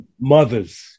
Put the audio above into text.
mothers